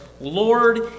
Lord